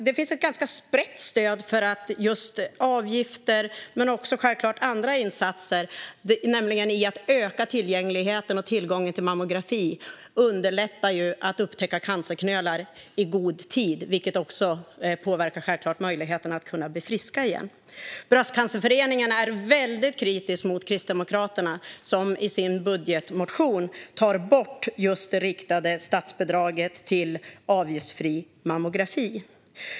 Det finns ett ganska brett stöd för avgiftsfrihet men också för andra insatser. Att öka tillgängligheten och tillgången till mammografi underlättar för att upptäcka cancerknölar i god tid, vilket självklart påverkar möjligheten att kunna bli frisk igen. Bröstcancerföreningen är väldigt kritisk mot Kristdemokraterna, som i sin budgetmotion tar bort just det riktade statsbidraget till avgiftsfri mammografi.